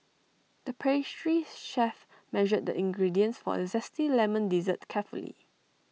the pastry chef measured ingredients for A Zesty Lemon Dessert carefully